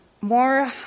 More